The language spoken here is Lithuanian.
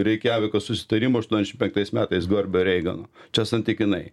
reikjaviko susitarimo aštuoniasdešimt penktais metais du ar be reigano čia santykinai